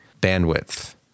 bandwidth